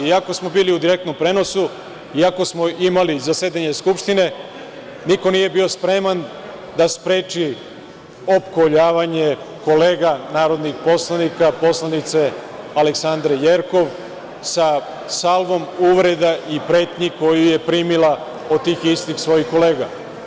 Iako smo bili u direktnom prenosu, iako smo imali zasedanje Skupštine, niko nije bio spreman da spreči opkoljavanje kolega narodnih poslanika poslanice Aleksandre Jerkov sa salvom uvreda i pretnji koju je primila od tih istih svojih kolega.